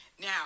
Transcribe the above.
Now